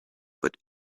but